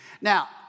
Now